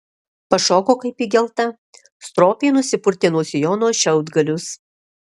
pašoko kaip įgelta stropiai nusipurtė nuo sijono šiaudgalius